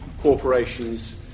corporations